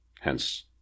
Hence